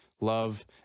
love